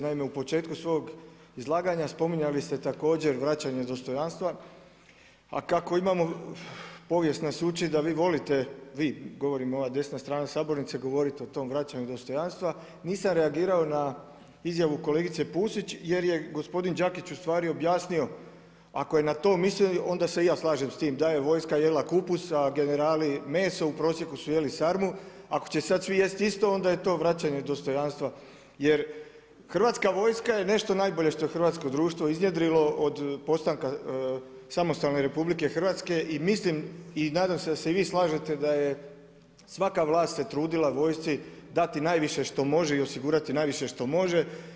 Naime u početku svog izlaganja spominjali ste također vraćanje dostojanstva a kako imamo povijest nas uli da vi volite, vi, govorim ova desna strana sabornice, govoriti o tom vraćanju dostojanstva, nisam reagirao na izjavu kolegice Pusić jer je gospodin Đakić ustvari objasnio ako je na to mislio, onda se i ja slažem s time da je vojska jela kupus a generali meso, u prosjeku su jeli sarmu, ako će sad svi jesti isto, onda je to vraćanje dostojanstva jer hrvatska vojska je nešto najbolje što je hrvatsko društvo iznjedrilo od postanka samostalne RH i mislim i nadam se da se da se i vi slažete da svaka vlast se trudila vojsci dati najviše što može i osigurati najviše što može.